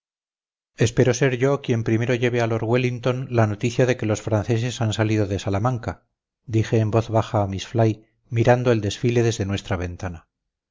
espero ser yo quien primero lleve a lord wellington la noticia de que los franceses han salido de salamanca dije en voz baja a miss fly mirando el desfile desde nuestra ventana